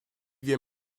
wir